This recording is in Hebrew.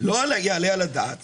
לא יעלה על הדעת